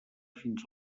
fins